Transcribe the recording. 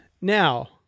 Now